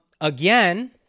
Again